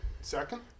Second